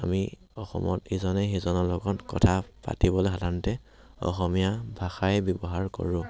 আমি অসমত ইজনে সিজনৰ লগত কথা পাতিবলে সাধাৰণতে অসমীয়া ভাষাই ব্যৱহাৰ কৰোঁ